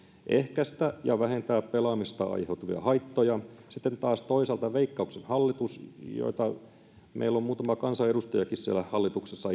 ehkäistä ja vähentää pelaamisesta aiheutuvia haittoja sitten taas toisaalta veikkauksen hallitus meillä on itse asiassa muutama kansanedustajakin siellä hallituksessa